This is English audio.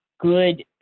good